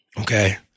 Okay